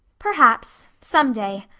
perhaps. some day.